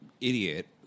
idiot